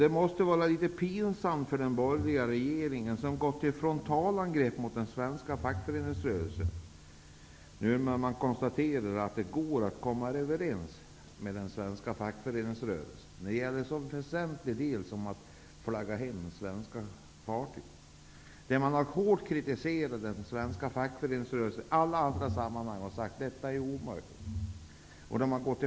Det måste vara litet pinsamt för den borgerliga regeringen, som gått till frontalangrepp mot den svenska fackföreningsrörelsen, att nu konstatera att det går att komma överens med den i en så väsentlig fråga som hemflaggning av svenska fartyg. Man har hårt kritiserat den svenska fackföreningsrörelsen i alla andra sammanhang och sagt att detta är något som är omöjligt.